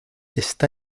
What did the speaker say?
está